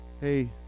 hey